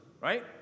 right